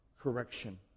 correction